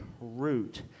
root